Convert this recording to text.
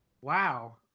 Wow